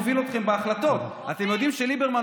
מקומות סגורים,